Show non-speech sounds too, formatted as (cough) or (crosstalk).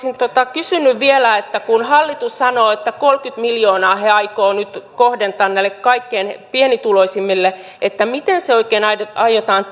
kysynyt vielä kun hallitus sanoo että kolmekymmentä miljoonaa he aikovat nyt kohdentaa näille kaikkein pienituloisimmille miten se oikein aiotaan (unintelligible)